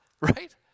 right